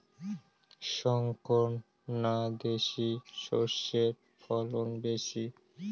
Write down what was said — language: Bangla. শংকর না দেশি সরষের ফলন বেশী?